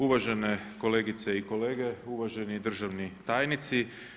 Uvažene kolegice i kolege, uvaženi državni tajnici.